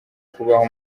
kubaho